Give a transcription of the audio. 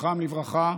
זכרם לברכה,